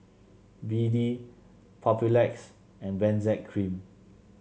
B D Papulex and Benzac Cream